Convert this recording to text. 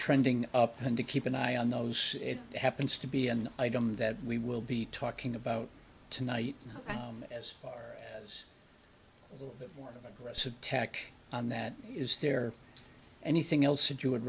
trending up and to keep an eye on those it happens to be an item that we will be talking about tonight as far as a little bit more aggressive tack on that is there anything else that you would